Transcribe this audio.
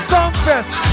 Songfest